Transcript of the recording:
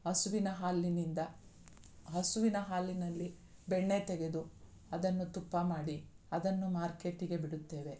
ಹಸ್ವಿನ ಹಾಲಿನಿಂದ ಹಸುವಿನ ಹಾಲಿನಲ್ಲಿ ಬೆಣ್ಣೆ ತೆಗೆದು ಅದನ್ನು ತುಪ್ಪ ಮಾಡಿ ಅದನ್ನು ಮಾರ್ಕೆಟಿಗೆ ಬಿಡುತ್ತೇವೆ